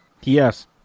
yes